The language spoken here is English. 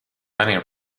many